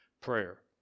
Prayer